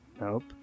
nope